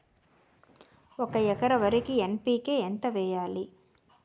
ఒక ఎకర వరికి ఎన్.పి.కే ఎంత వేయాలి?